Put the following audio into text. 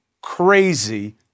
crazy